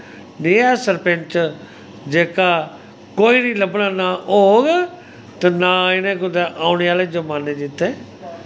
नेहा सरपैंच जेह्का कोई लब्भना ना होग ते ना इनै कुदै औने आह्ले जमाने च